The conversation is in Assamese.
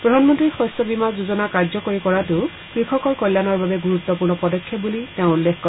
প্ৰধানমন্ত্ৰীৰ শস্য বামী যোজনা কাৰ্যকৰী কৰাটোও কৃষকৰ কল্যানৰ বাবে গুৰুত্বপূৰ্ণ পদক্ষেপ বুলি তেওঁ উল্লেখ কৰে